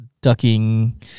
ducking